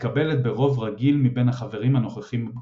מתקבלת ברוב רגיל מבין החברים הנוכחים בפגישה.